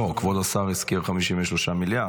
כבוד השר הזכיר 53 מיליארד,